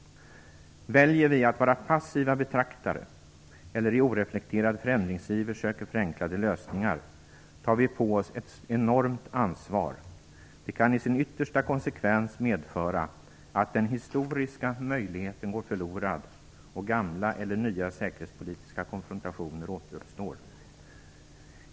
Väljer vi att vara passiva betraktare, eller i oreflekterad förändringsiver söker förenklade lösningar, tar vi på oss ett enormt ansvar. Det kan i sin yttersta konsekvens medföra att den historiska möjligheten går förlorad och gamla, eller nya, säkerhetspolitiska konfrontationer återuppstår.